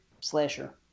slasher